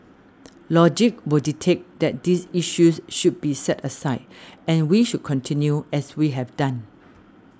logic will dictate that these issues should be set aside and we should continue as we have done